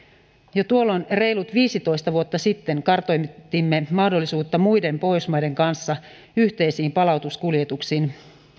jo tuolloin reilut viisitoista vuotta sitten kartoitimme mahdollisuutta muiden pohjoismaiden kanssa yhteisiin palautuskuljetuksiin